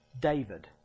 David